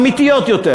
אמיתיות יותר,